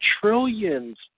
trillions